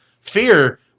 fear